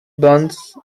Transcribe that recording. buns